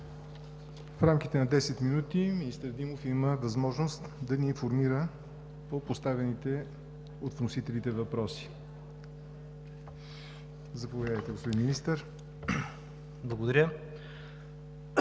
В рамките на 10 минути министър Димов има възможност да ни информира по поставените от вносителите въпроси. Заповядайте, господин Министър.